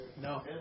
No